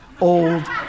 old